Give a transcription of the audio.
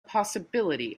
possibility